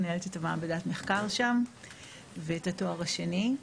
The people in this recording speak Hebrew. מנהלת את מעבדת המחקר שם ואת התואר השני.